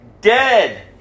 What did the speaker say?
dead